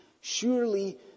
Surely